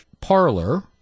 parlor